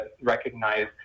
recognize